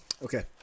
Okay